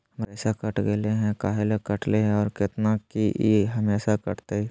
हमर पैसा कट गेलै हैं, काहे ले काटले है और कितना, की ई हमेसा कटतय?